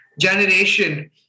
generation